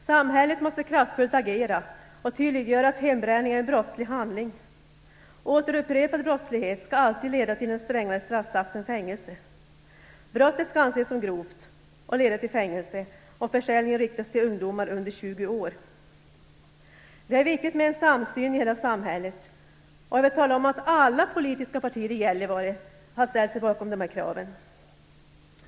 Samhället måste kraftfullt agera och tydliggöra att hembränning är en brottslig handling. Återupprepad brottslighet skall alltid leda till den strängare straffsatsen fängelse. Brottet skall anses som grovt och leda till fängelse om försäljningen riktas till ungdomar under 20 år. Det är viktigt med en samsyn i hela samhället, och jag vill tala om att alla politiska partier i Gällivare ställt sig bakom dessa krav.